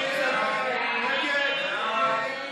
ההסתייגות לחלופין